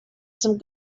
some